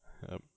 yup